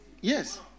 Yes